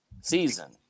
season